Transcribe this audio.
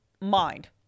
mind